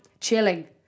chilling